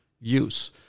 use